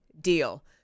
Deal